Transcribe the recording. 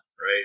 right